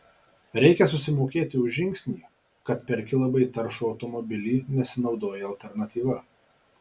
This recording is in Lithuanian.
reikia susimokėti už žingsnį kad perki labai taršų automobilį nesinaudoji alternatyva